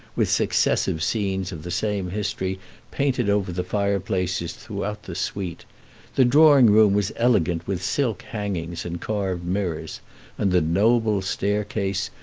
with successive scenes of the same history painted over the fireplaces throughout the suite the drawing-room was elegant with silk hangings and carved mirrors and the noble staircase,